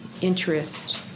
interest